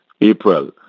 April